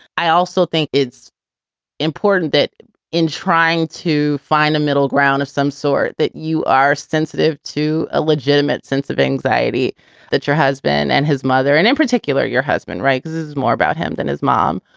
i also think it's important that in trying to find a middle ground of some sort, that you are sensitive to a legitimate sense of anxiety that your husband and his mother and in particular your husband raises is more about him than his mom.